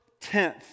tenth